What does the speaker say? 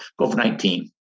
COVID-19